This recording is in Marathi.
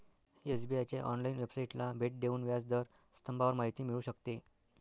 एस.बी.आए च्या ऑनलाइन वेबसाइटला भेट देऊन व्याज दर स्तंभावर माहिती मिळू शकते